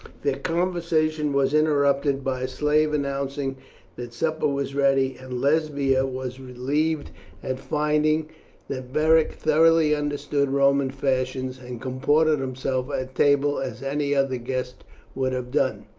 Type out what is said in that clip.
their conversation was interrupted by a slave announcing that supper was ready, and lesbia was relieved at finding that beric thoroughly understood roman fashions, and comported himself at table as any other guest would have done.